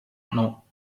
non